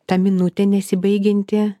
ta minutė nesibaigianti